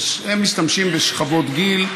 הם משתמשים בשכבות גיל,